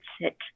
sit